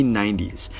1990s